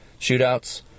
shootouts